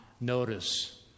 notice